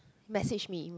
message me you